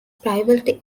privately